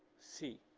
c.